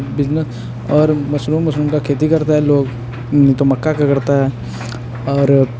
business और mushroom उशरूम की खेती करते हैं लोग नहीं तो मक्के की करते हैं और